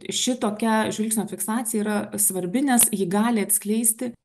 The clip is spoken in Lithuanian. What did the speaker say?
šitokia žvilgsnio fiksacija yra svarbi nes ji gali atskleisti